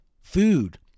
Food